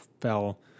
fell